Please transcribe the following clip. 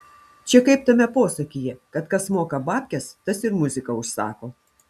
čia kaip tame posakyje kad kas moka babkes tas ir muziką užsako